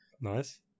Nice